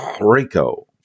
Rico